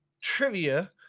trivia